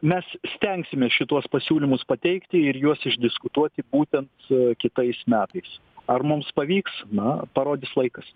mes stengsimės šituos pasiūlymus pateikti ir juos išdiskutuoti būtent kitais metais ar mums pavyks na parodys laikas